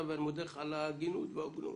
ואני מודה לך על ההגינות וההוגנות.